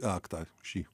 aktą šį